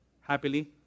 Happily